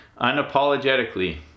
Unapologetically